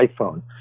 iphone